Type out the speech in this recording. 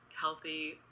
healthy